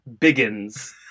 Biggins